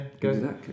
Go